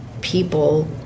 people